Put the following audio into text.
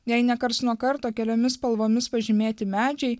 jei ne karts nuo karto keliomis spalvomis pažymėti medžiai